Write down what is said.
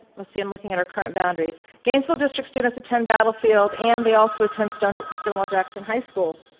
let's see i'm looking at our current boundaries. gainesville district students attend battlefield and they also attend stonewall stonewall jackson high school.